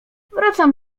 wracam